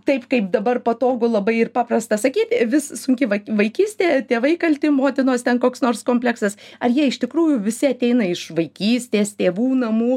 taip kaip dabar patogu labai ir paprasta sakyt vis sunki vaikystė tėvai kalti motinos ten koks nors kompleksas ar jie iš tikrųjų visi ateina iš vaikystės tėvų namų